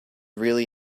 really